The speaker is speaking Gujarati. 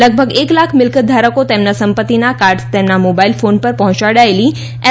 લગભગ એક લાખ મિલકત ધારકો તેમના સંપત્તિના કાર્ડ્સ તેમના મોબાઇલ ફોન પર પહોંચાડાયેલી એસ